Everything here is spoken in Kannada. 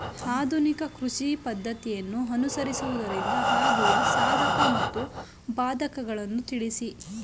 ಆಧುನಿಕ ಕೃಷಿ ಪದ್ದತಿಯನ್ನು ಅನುಸರಿಸುವುದರಿಂದ ಆಗುವ ಸಾಧಕ ಮತ್ತು ಬಾಧಕಗಳನ್ನು ತಿಳಿಸಿ?